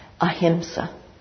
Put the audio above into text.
ahimsa